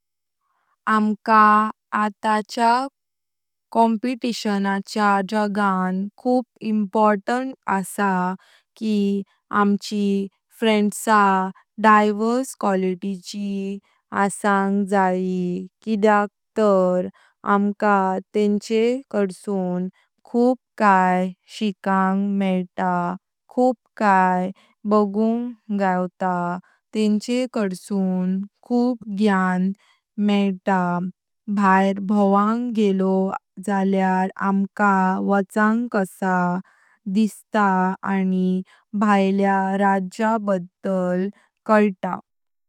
आमका आताच्या कॉम्पिलेशन च्या जगां खूप इम्पॉरतन्ट आसां कि आमची फ्रेंड्सा डाएवर्स क्वालिटी ची। आसांग जयी किद्याक तार आमका तेंचे काड्सून खूप काये शिकांग मेइतां खूप काये बगुंग गावतां तेचेकाड्सून खूप ज्ञान मेइतां। भायर भौवपाक गेलोव झाल्यार आमकां वचांग कसा दिसता आनी भायल्या राज्य बद्दल काइता।